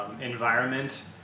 environment